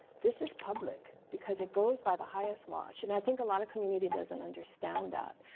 this is public. because it goes by the highest wash. and i think a lot of community doesn't understand that.